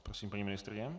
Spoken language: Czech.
Prosím, paní ministryně.